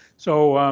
so,